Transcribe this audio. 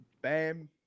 Bam